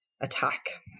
attack